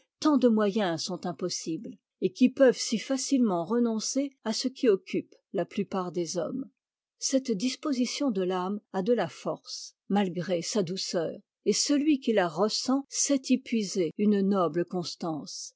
tant de moyens sont impossibles et qui peuvent si facilement renoncer à ce qui occupe la plupart des hommes cette disposition de l'âme a de la force malgré sa douceur et celui qui la ressent sait y puiser une noble constance